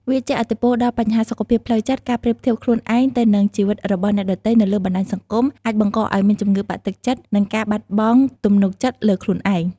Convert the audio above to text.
វាជះឥទ្ធិពលដល់បញ្ហាសុខភាពផ្លូវចិត្ត ការប្រៀបធៀបខ្លួនឯងទៅនឹង ជីវិតរបស់អ្នកដទៃនៅលើបណ្តាញសង្គម អាចបង្កឲ្យមានជំងឺបាក់ទឹកចិត្ត និងការបាត់បង់ទំនុកចិត្តលើខ្លួនឯង។